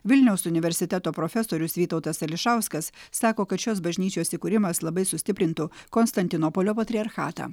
vilniaus universiteto profesorius vytautas ališauskas sako kad šios bažnyčios įkūrimas labai sustiprintų konstantinopolio patriarchatą